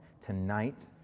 tonight